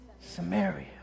Samaria